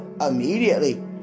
immediately